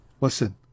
Listen